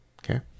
okay